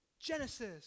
Genesis